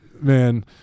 man